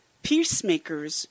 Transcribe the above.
Peacemakers